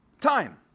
Time